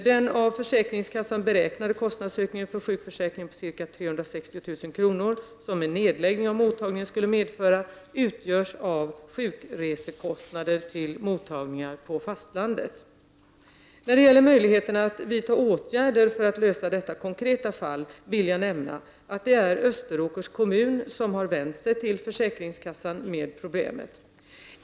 Den av försäkringskassan beräknade kostnadsökningen för sjukförsäkringen på ca 360 000 kr. som en nedläggning av mottagningen skulle medföra utgörs av sjukresekostnader till mottagningar på fastlandet. När det gäller möjligheterna att vidta åtgärder för att lösa detta konkreta fall vill jag nämna att det är Österåkers kommun som har vänt sig till försäkringskassan med problemet.